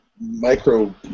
micro